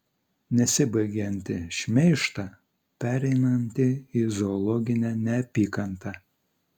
nesibaigiantį šmeižtą pereinantį į zoologinę neapykantą